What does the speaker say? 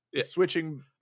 switching